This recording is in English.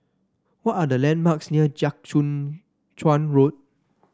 what are the landmarks near Jiak Chuan Road